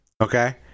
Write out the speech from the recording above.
okay